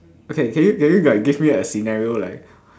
okay can you can you like give me a scenario like